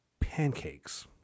pancakes